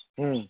ᱦᱮᱸ